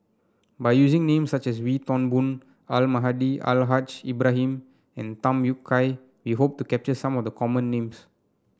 by using names such as Wee Toon Boon Almahdi Al Haj Ibrahim and Tham Yui Kai we hope to capture some of the common names